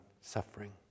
suffering